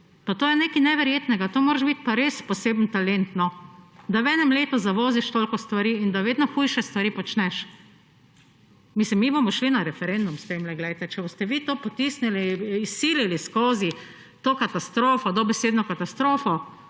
to je nekaj neverjetnega. To moraš biti pa res poseben talent, da v enem letu zavoziš toliko stvari in da vedno hujše stvari počneš. Mi bomo šli s tem na referendum. Če boste vi to potisnili, izsilili skozi to katastrofo, dobesedno katastrofo,